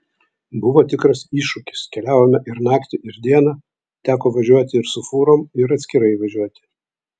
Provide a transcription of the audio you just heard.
buvo tikras iššūkis keliavome ir naktį ir dieną teko važiuoti ir su fūrom ir atskirai važiuoti